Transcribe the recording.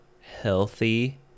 healthy